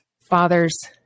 fathers